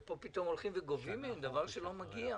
ופה פתאום הולכים וגובים מהם דבר שלא מגיע.